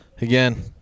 again